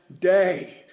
day